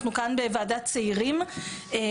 אנחנו כאן בוועדת צעירים,